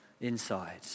inside